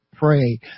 Pray